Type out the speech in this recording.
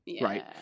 Right